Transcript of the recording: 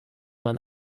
man